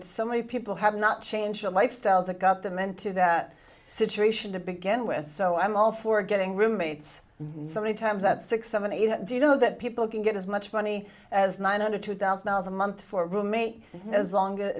time so many people have not change your lifestyle that got them into that situation to begin with so i'm all for getting roommates and so many times at six seven eight do you know that people can get as much money as nine hundred two thousand dollars a month for a roommate as long